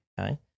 okay